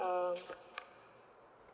um